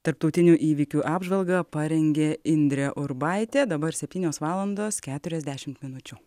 tarptautinių įvykių apžvalgą parengė indrė urbaitė dabar septynios valandos keturiasdešimt minučių